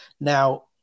now